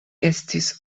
estis